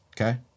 okay